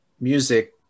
music